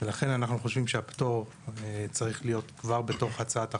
ולכן אנחנו חושבים שהפטור צריך להיות כבר בתוך הצעת החוק,